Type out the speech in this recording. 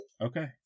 Okay